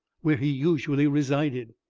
where he usually resided.